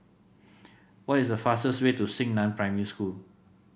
what is the fastest way to Xingnan Primary School